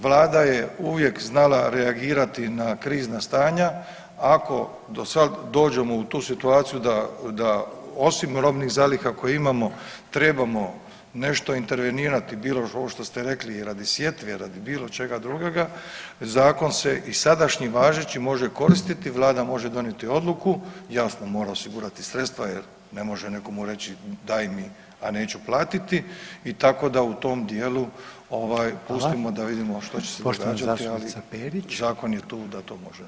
Vlada je uvijek znala reagirati na krizna stanja, ako do sad, dođemo u tu situaciju da osim robnih zaliha koje imamo, trebamo nešto intervenirati, bilo ovo što ste rekli i radi sjetve i radi bilo čega drugoga, zakon se i sadašnji važeći može koristiti, Vlada može donijeti odluku, jasno, mora osigurati sredstva jer ne može nekomu reći daj mi, a neću platiti, i tako da u tom dijelu ovaj, pustimo [[Upadica: Hvala.]] vidiš što će se događati, ali [[Upadica: Poštovana zastupnica Perić.]] zakon je tu da to može.